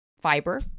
fiber